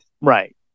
Right